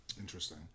Interesting